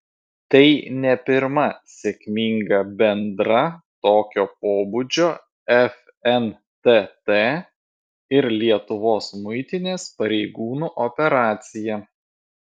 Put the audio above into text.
tai ne pirma sėkminga bendra tokio pobūdžio fntt ir lietuvos muitinės pareigūnų operacija